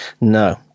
No